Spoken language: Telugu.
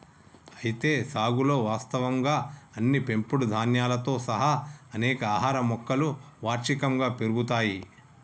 అయితే సాగులో వాస్తవంగా అన్ని పెంపుడు ధాన్యాలతో సహా అనేక ఆహార మొక్కలు వార్షికంగా పెరుగుతాయి